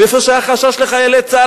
ואיפה שהיה חשש לחיילי צה"ל,